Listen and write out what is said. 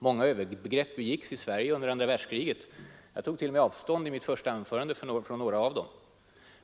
Många övergrepp begicks i Sverige under andra världskriget. Jag tog i mitt första anförande avstånd från några av dem.